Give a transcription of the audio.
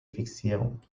fixierung